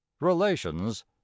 relations